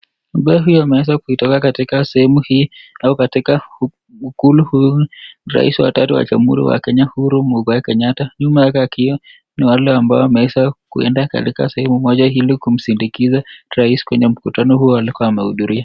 Ameweza kuitoka katika sehemu hii au katika ikulu humu ni rais wa tatu wa jamhuri wa Kenya, Uhuru Muigai Kenyatta. Nyuma yake akiwa na wale ambao wameweza kuenda katika sehemu moja ili kumsindikiza rais kwenye mkutano huo alikuwa amehudhuria.